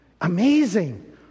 Amazing